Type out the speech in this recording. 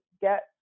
get